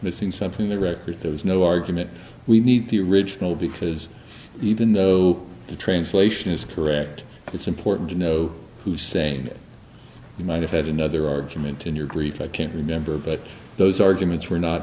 missing something the record there is no argument we need to original because even though the translation is correct it's important to know who's saying you might have had another argument in your grief i can't remember but those arguments were not